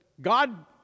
God